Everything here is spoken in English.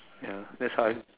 ya that's why